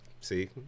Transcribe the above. see